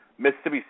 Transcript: Mississippi